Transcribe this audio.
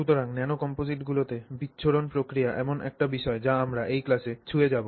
সুতরাং ন্যানো কমপোজিটগুলিতে বিচ্ছুরণ প্রক্রিয়া এমন একটি বিষয় যা আমরা এই ক্লাসে ছুঁয়ে যাব